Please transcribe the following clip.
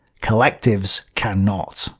collectives cannot.